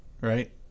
Right